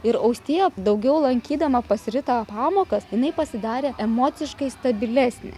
ir austėja daugiau lankydama pas ritą pamokas jinai pasidarė emociškai stabilesnė